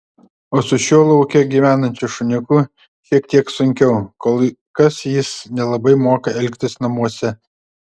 o su šiuo lauke gyvenančiu šuniuku šiek tiek sunkiau kol kas jis nelabai moka elgtis namuose